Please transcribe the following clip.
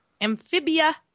Amphibia